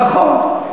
נכון.